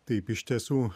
taip iš tiesų